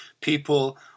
people